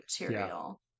material